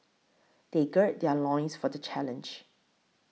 they gird their loins for the challenge